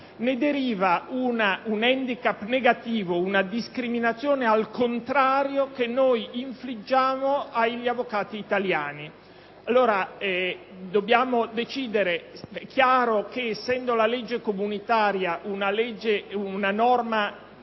ne deriva un *handicap* negativo, una discriminazione al contrario che noi infliggiamo agli avvocati italiani. È chiaro che, essendo la legge comunitaria una norma